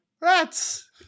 Rats